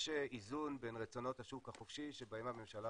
יש איזון בין רצונות השוק החופשי שבהם הממשלה